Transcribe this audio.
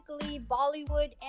Bollywood